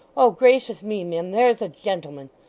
oh gracious me, mim, there's a gentleman!